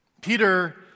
Peter